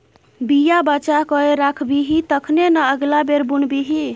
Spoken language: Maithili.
बीया बचा कए राखबिही तखने न अगिला बेर बुनबिही